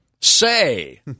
say